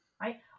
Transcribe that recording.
right